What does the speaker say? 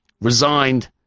resigned